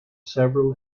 several